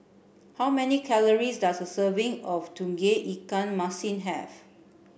how many calories does a serving of Tauge Ikan Masin have